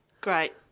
great